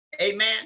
amen